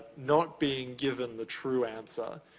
not being given the true answer.